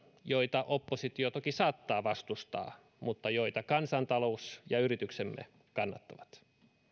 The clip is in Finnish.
joita oppositio toki saattaa vastustaa mutta joita kansantalous ja yrityksemme kannattavat